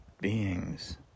beings